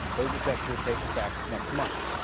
those are set to take effect next month.